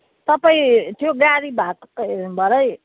तपाईँ त्यो गाडी भएको भरे